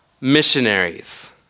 missionaries